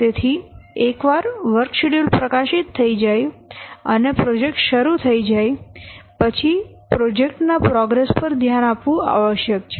તેથી એક વાર વર્ક શેડ્યુલ પ્રકાશિત થઈ જાય અને પ્રોજેક્ટ શરૂ થઈ જાય પછી પ્રોજેક્ટ ના પ્રોગ્રેસ પર ધ્યાન આપવું આવશ્યક છે